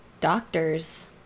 Doctors